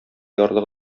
ярлы